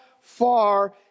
far